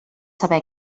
saber